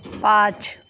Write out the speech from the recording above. پانچ